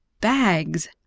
bags